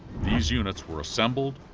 these units were assembled,